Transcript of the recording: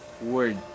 Word